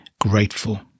grateful